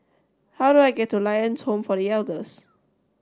how do I get to Lions Home for The Elders